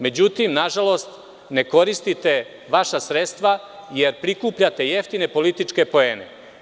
Međutim, nažalost, ne koristite vaša sredstva, jer prikupljate jeftine političke poene.